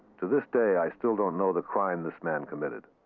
to this day, i still don't know the crime this man committed.